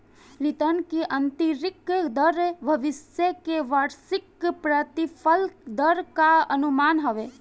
return की आतंरिक दर भविष्य के वार्षिक प्रतिफल दर कअ अनुमान हवे